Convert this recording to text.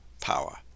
power